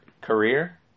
career